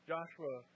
Joshua